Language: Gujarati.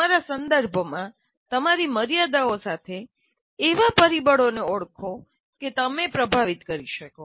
તમારા સંદર્ભમાં તમારી મર્યાદાઓ સાથે એવા પરિબળોને ઓળખો કે તમે પ્રભાવિત કરી શકો